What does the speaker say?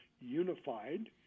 unified